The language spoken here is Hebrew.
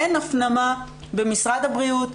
אין הפנמה במשרד הבריאות,